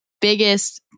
biggest